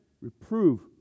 reprove